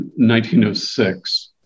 1906